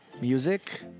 Music